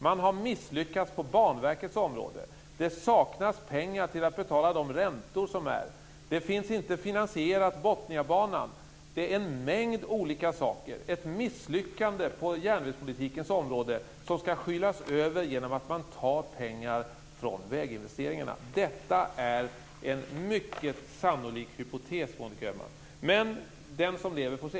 Man har misslyckats på Banverkets område. Det saknas pengar till att betala räntorna. Det finns ingen finansiering av Bottniabanan. Det är en mängd olika saker, ett misslyckande på järnvägspolitikens område, som skall skylas över genom att man tar pengar från väginvesteringarna. Detta är en mycket sannolik hypotes, Monica Öhman. Men den som lever får se.